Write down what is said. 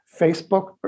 Facebook